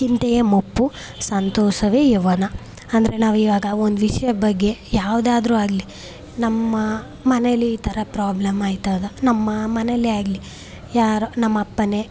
ಚಿಂತೆಯೇ ಮುಪ್ಪು ಸಂತೋಷವೇ ಯೌವ್ವನ ಅಂದರೆ ನಾವು ಈವಾಗ ಒಂದು ವಿಷಯದ ಬಗ್ಗೆ ಯಾವುದಾದ್ರು ಆಗಲಿ ನಮ್ಮ ಮನೇಲಿ ಈ ಥರ ಪ್ರಾಬ್ಲಮ್ ಆಯ್ತಾಗ ನಮ್ಮ ಮನೆಯಲ್ಲೇ ಆಗಲಿ ಯಾರೋ ನಮ್ಮ ಅಪ್ಪನೇ